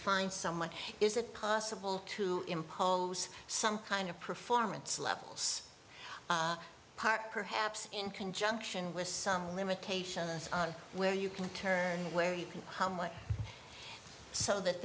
find someone is it possible to impose some kind of performance levels part perhaps in conjunction with some limitations on where you can turn where you can how much so that